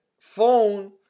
phone